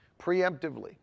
preemptively